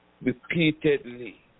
repeatedly